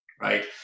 right